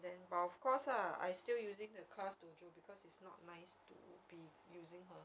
but the chinese teacher did actually gave her give me her contact because